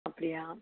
அப்படியா